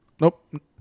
nope